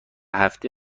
هفته